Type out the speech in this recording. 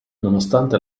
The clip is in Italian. nonostante